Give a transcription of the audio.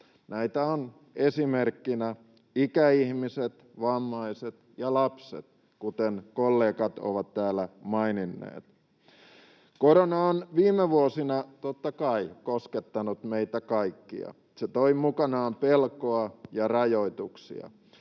Näitä ovat esimerkiksi ikäihmiset, vammaiset ja lapset, kuten kollegat ovat täällä maininneet. Korona on viime vuosina, totta kai, koskettanut meitä kaikkia. Se toi mukanaan pelkoa ja rajoituksia.